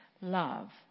love